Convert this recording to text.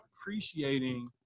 appreciating